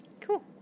Cool